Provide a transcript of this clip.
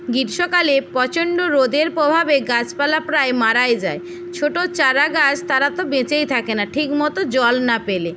গ্রীষ্মকালে প্রচণ্ড রোদের প্রভাবে গাছপালা প্রায় মারাই যায় ছোটো চারা গাছ তারা তো বেঁচেই থাকে না ঠিক মতো জল না পেলে